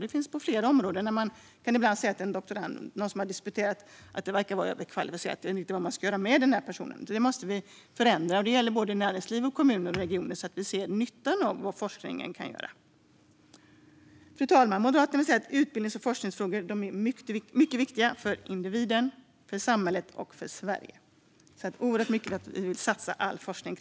Det finns flera områden där någon som har disputerat verkar vara överkvalificerad. Man vet inte vad man ska göra med den personen. Det måste vi förändra. Det gäller att näringsliv, kommuner och regioner ser nyttan av forskningen. Fru talman! Moderaterna anser att utbildnings och forskningsfrågor är mycket viktiga för individen, samhället och Sverige. Vi vill satsa oerhört mycket på all forskning.